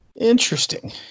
Interesting